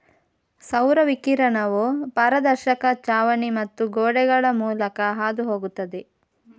ಸೌರ ವಿಕಿರಣವು ಪಾರದರ್ಶಕ ಛಾವಣಿ ಮತ್ತು ಗೋಡೆಗಳ ಮೂಲಕ ಹಾದು ಹೋಗುತ್ತದೆ